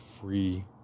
free